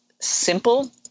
simple